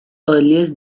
earliest